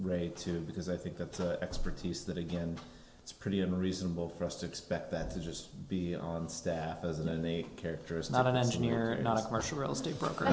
rate two because i think that the expertise that again it's pretty i'm reasonable for us to expect that to just be on staff as then the character is not an engineer not a commercial real estate broker